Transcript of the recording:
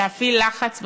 להפעיל לחץ בממשלה".